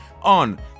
on